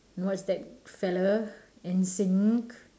what's that fella n sync